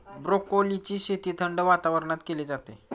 ब्रोकोलीची शेती थंड वातावरणात केली जाते